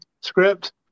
script